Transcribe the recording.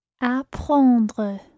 Apprendre